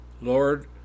Lord